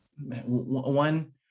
one